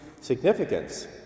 significance